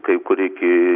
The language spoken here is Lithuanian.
kai kur iki